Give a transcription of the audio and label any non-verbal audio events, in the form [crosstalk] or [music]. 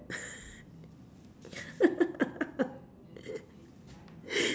[laughs]